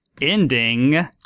ending